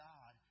God